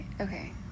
Okay